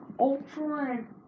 Ultron